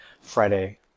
friday